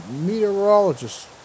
Meteorologist